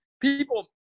people –